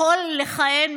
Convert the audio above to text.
יכול לכהן.